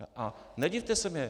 A nedivte se mně.